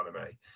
anime